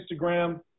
Instagram